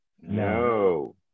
No